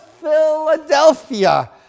Philadelphia